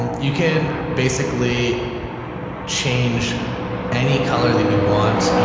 and you can basically change any color that you want.